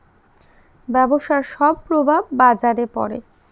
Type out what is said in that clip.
ব্যবসার সব প্রভাব বাজারে পড়ে